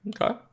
okay